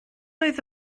oedd